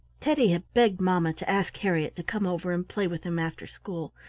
teddy had begged mamma to ask harriett to come over and play with him after school,